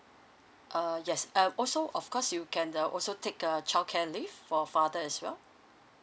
err yes um also of course you can uh also take uh childcare leave for father as well